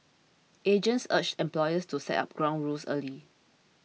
agents urged employers to set up ground rules early